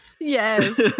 yes